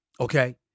Okay